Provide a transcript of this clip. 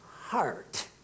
heart